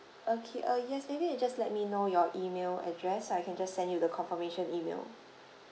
okay uh yes maybe you just let me know your email address I can just send you the confirmation email